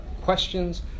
questions